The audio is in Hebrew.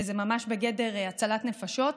וזה ממש בגדר הצלת נפשות,